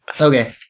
Okay